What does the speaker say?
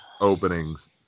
openings